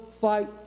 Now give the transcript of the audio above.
fight